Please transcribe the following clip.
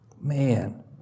Man